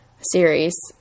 series